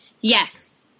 Yes